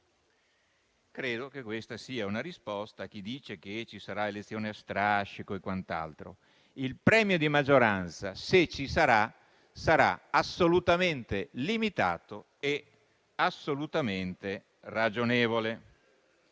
Credo che questa sia una risposta a chi dice che ci sarà l'elezione a strascico e quant'altro. Il premio di maggioranza, se ci sarà, sarà assolutamente limitato e ragionevole.